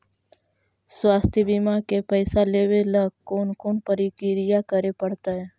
स्वास्थी बिमा के पैसा लेबे ल कोन कोन परकिया करे पड़तै?